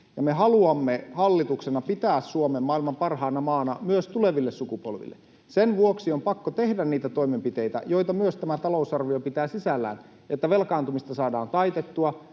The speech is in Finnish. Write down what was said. me haluamme hallituksena pitää Suomen maailman parhaana maana myös tuleville sukupolville. Sen vuoksi on pakko tehdä niitä toimenpiteitä, joita myös tämä talousarvio pitää sisällään, että velkaantumista saadaan taitettua,